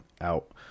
out